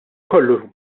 kollu